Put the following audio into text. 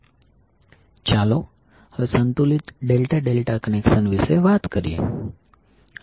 ચાલો હવે સંતુલિત ∆∆ કનેક્શન વિશે વાત કરીએ